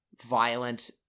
violent